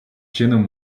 чином